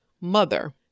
Mother